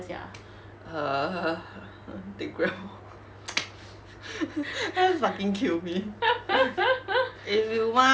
err ha ha take grab lor fucking kill me if you want